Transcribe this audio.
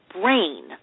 brain